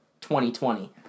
2020